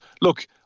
look